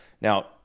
Now